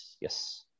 yes